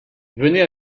venez